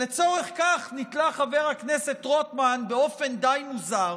לצורך כך נתלה חבר הכנסת רוטמן באופן די מוזר